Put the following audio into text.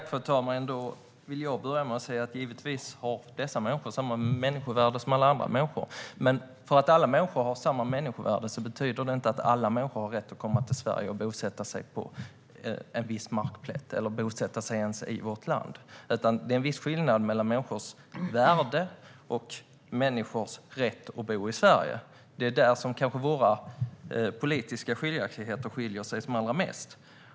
Fru talman! Jag vill börja med att säga att dessa människor givetvis har samma människovärde som andra. Men att alla har samma människovärde betyder inte att alla människor har rätt att komma till Sverige och bosätta sig på en viss markplätt eller ens i vårt land. Det är en viss skillnad mellan människors värde och deras rätt att bo i Sverige. Det är kanske där våra politiska skiljaktigheter är som störst.